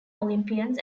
olympians